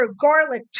garlic